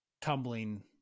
tumbling